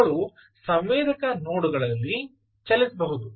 ಅವುಗಳು ಸಂವೇದಕ ನೋಡ್ಗಳಲ್ಲಿ ಚಲಿಸಬಹುದು